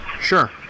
Sure